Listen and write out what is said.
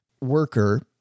worker